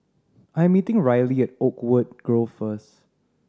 I'm meeting Rylee at Oakwood Grove first